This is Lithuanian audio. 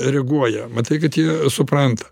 reaguoja matai kad jie supranta